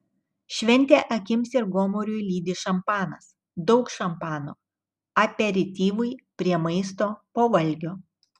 šventę akims ir gomuriui lydi šampanas daug šampano aperityvui prie maisto po valgio